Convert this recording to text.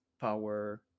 power